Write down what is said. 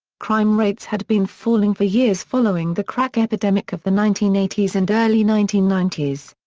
crime rates had been falling for years following the crack epidemic of the nineteen eighty s and early nineteen ninety s.